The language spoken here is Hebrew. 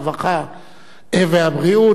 הרווחה והבריאות,